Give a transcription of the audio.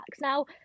Now